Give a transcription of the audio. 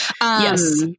yes